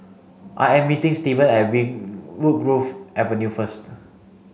I am meeting Stevan at win Woodgrove Avenue first